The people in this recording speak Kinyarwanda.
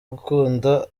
gukunda